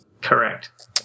correct